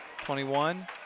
21